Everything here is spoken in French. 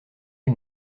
une